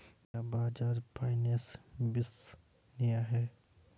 क्या बजाज फाइनेंस विश्वसनीय है?